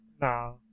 No